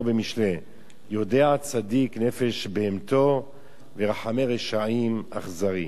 במשלי: "יודע צדיק נפש בהמתו ורחמי רשעים אכזרי".